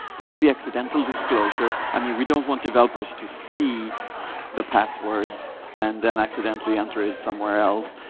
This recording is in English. there could be accidental disclosure. i mean, we don't want developers to see the passwords and then accidentally enter it somewhere else.